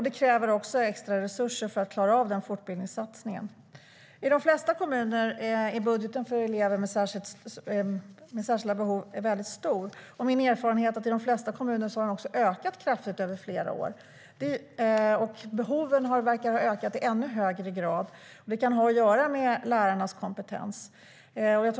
Det kräver också extra resurser för att klara av fortbildningssatsningen.I de flesta kommuner är budgeten för elever med särskilda behov stor. Min erfarenhet är att i de flesta kommuner har den också ökat kraftigt över flera år. Behoven verkar ha ökat i ännu högre grad. Det kan ha att göra med lärarnas kompetens.